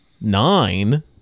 nine